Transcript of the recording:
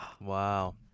Wow